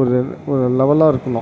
ஒரு ஒரு லெவெலாக இருக்கணும்